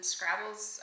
Scrabble's